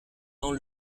dans